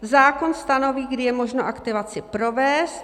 Zákon stanoví, kdy je možno aktivaci provést.